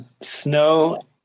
Snow